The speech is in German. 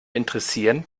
interessieren